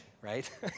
right